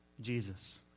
Jesus